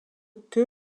que